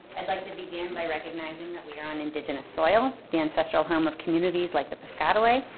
i'd like to begin by recognizing that we are on indigenous soil, the ancestral home of communities like the piscataway,